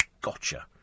gotcha